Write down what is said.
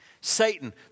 Satan